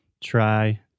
try